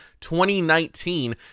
2019